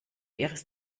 ihres